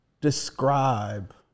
describe